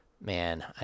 man